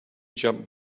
jump